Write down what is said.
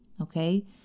Okay